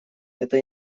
эта